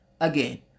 again